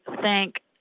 thank